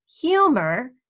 humor